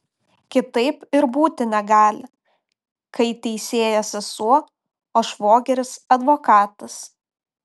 kitaip ir būti negali kai teisėja sesuo o švogeris advokatas